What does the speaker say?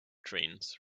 trains